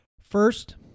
first